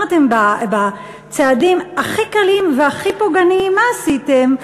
מה עשיתם?